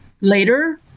later